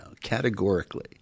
categorically